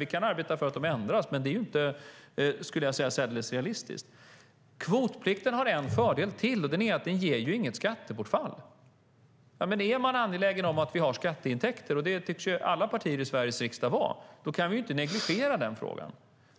Vi kan arbeta för att det ändras, men det är inte särdeles realistiskt, skulle jag säga. Kvotplikten har en fördel till, och det är att den inte ger något skattebortfall. Är man angelägen om att vi har skatteintäkter - och det tycks alla partier i Sveriges riksdag vara - kan vi inte negligera den frågan.